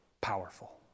powerful